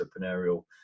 entrepreneurial